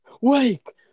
Wake